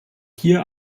hier